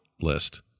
list